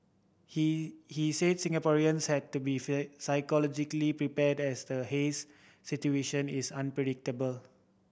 he he said Singaporeans had to be psychologically prepared as the haze situation is unpredictable